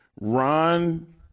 Ron